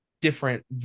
different